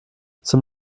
zum